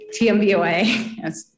TMBOA